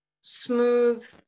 smooth